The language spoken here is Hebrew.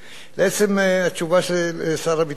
לעצם התשובה של שר הביטחון.